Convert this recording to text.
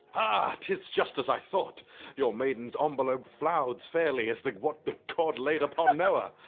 ah tis just as i thoght your meiden's ah envelope flouds fayrly as that what god layed upon noah.